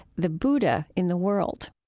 the buddha in the world.